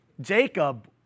Jacob